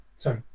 sorry